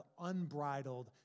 unbridled